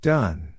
Done